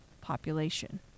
population